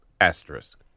asterisk